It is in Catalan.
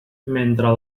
mentre